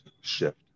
shift